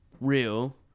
real